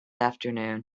afternoon